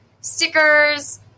stickers